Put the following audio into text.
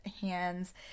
hands